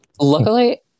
Luckily